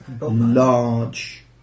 large